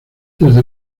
desde